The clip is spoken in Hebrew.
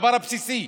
הדבר הבסיסי,